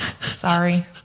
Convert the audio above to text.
Sorry